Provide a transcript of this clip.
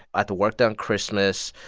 i had to work there on christmas.